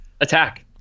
attack